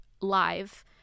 live